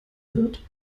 wird